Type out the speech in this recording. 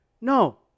No